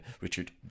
Richard